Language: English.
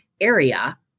area